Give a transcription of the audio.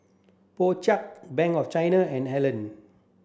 Po Chai Bank of China and Helen